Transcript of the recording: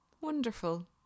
wonderful